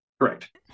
Correct